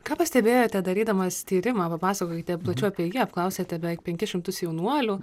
ką pastebėjote darydamas tyrimą papasakokite plačiau apie jį apklausėte beveik penkis šimtus jaunuolių